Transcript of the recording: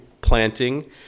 planting